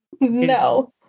No